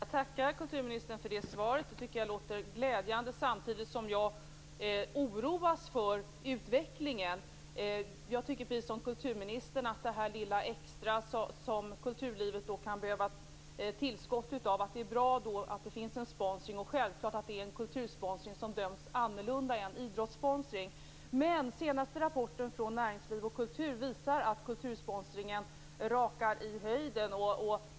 Herr talman! Jag tackar kulturministern för svaret. Jag tycker att det låter glädjande, samtidigt som jag oroas för utvecklingen. Jag tycker precis som kulturministern att det är bra att det finns en sponsring med tanke på det lilla extra som kulturlivet kan behöva, självklart att det är en kultursponsring som döms annorlunda än idrottssponsring. Men den senaste rapporten från näringsliv och kultur visar att kultursponsring rakar i höjden.